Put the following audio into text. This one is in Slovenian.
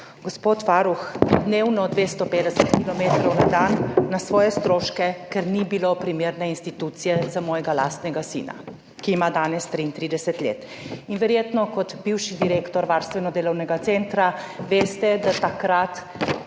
Gospod varuh, dnevno 250 kilometrov na dan na svoje stroške, ker ni bilo primerne institucije za mojega lastnega sina, ki ima danes 33 let. In verjetno kot bivši direktor varstveno-delovnega centra veste, da takrat,